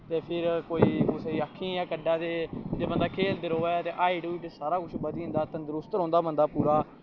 ते फिर कोई कुससे दी अक्खीं चा कड्ढा दे ते जे बंदा खेलदे र'वै ते हाईट बी सारा कुछ बदी जंदा तंदरुस्त रौंह्दा बंदा पूरा